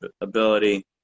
ability